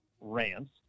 rants